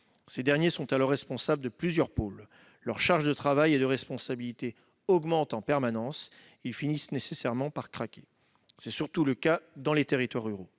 Ces derniers sont alors responsables de plusieurs pôles. Leur charge de travail et de responsabilité augmente en permanence. Ils finissent nécessairement par craquer. C'est surtout le cas dans les territoires ruraux.